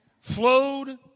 flowed